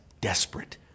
desperate